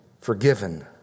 forgiven